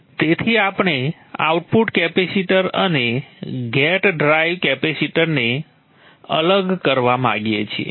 તેથી આપણે output capacitor અને ગેટ ડ્રાઇવ કેપેસિટરને અલગ કરવા માંગીએ છીએ